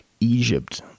Egypt